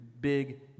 big